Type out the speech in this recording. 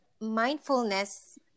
mindfulness